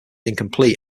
incomplete